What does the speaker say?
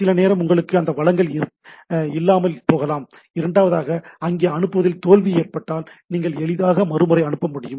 சில நேரம் உங்களுக்கு அந்த வளங்கள் இல்லாமல் போகலாம் இரண்டாவதாக அங்கே அனுப்புவதில் தோல்வி ஏற்பட்டால் நீங்கள் எளிதாக மறுமுறை அனுப்ப இயலும்